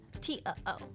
T-O-O